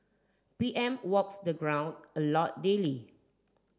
P M walks the ground a lot daily